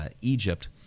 Egypt